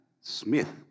Smith